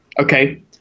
okay